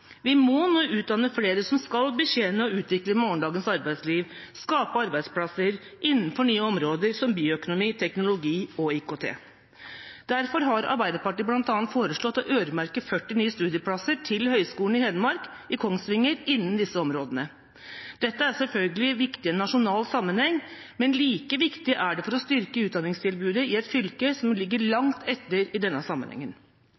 Vi må nå utdanne flere som skal betjene og utvikle morgendagens arbeidsliv og skape arbeidsplasser innenfor nye områder som bioøkonomi, teknologi og IKT. Derfor har Arbeiderpartiet bl.a. foreslått å øremerke 40 nye studieplasser til Høgskolen i Hedmark i Kongsvinger innen disse områdene. Dette er selvfølgelig viktig i en nasjonal sammenheng, men like viktig er det for å styrke utdanningstilbudet i et fylke som ligger langt etter i denne sammenhengen.